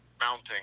mounting